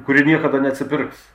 kuri niekada neatsipirks